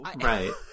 Right